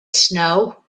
snow